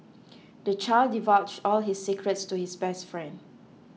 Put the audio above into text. the child divulged all his secrets to his best friend